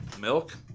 milk